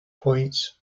points